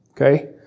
Okay